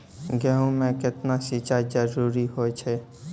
गेहूँ म केतना सिंचाई जरूरी होय छै?